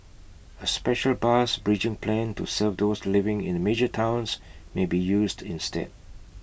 A special bus bridging plan to serve those living in major towns may be used instead